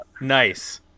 Nice